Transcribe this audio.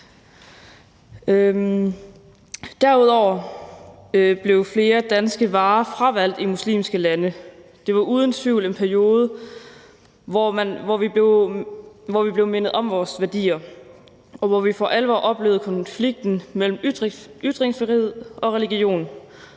Derudover blev flere danske varer fravalgt i muslimske lande. Det var uden tvivl en periode, hvor vi blev mindet om vores værdier, og hvor vi for alvor oplevede konflikten mellem ytringsfrihed og religion.